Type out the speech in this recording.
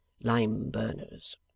lime-burners